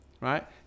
right